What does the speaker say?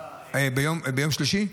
ביום שלישי,